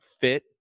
fit